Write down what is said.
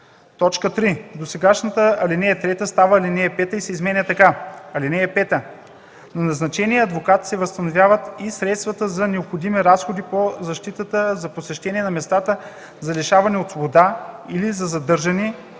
3. Досегашната ал. 3 става ал. 5 и се изменя така: „(5) На назначения адвокат се възстановяват и средствата за необходими разходи по защитата за посещение на местата за лишаване от свобода или за задържане,